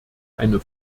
eine